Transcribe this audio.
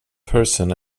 person